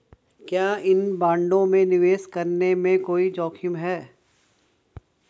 क्या इन बॉन्डों में निवेश करने में कोई जोखिम है?